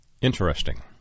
Interesting